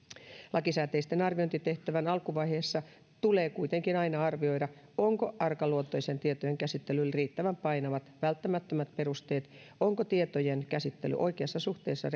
lakisääteisen arviointitehtävän alkuvaiheessa tulee kuitenkin aina arvioida onko arkaluontoisten tietojen käsittelylle riittävän painavat välttämättömät perusteet onko tietojen käsittely oikeassa suhteessa